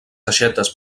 aixetes